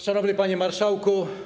Szanowny Panie Marszałku!